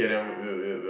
ya